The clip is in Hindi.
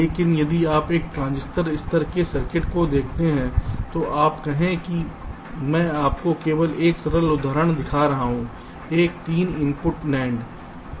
लेकिन यदि आप एक ट्रांजिस्टर स्तर के सर्किट को देखते हैं तो हम कहें कि मैं आपको केवल एक सरल उदाहरण दिखा रहा हूं एक 3 इनपुट NAND